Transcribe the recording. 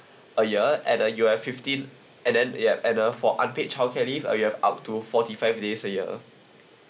a year and uh you have fifteen and then ya and uh for unpaid childcare leave a year up to forty five days a year